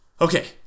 Okay